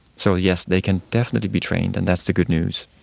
so yes, they can definitely be trained, and that's the good news.